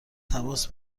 تماس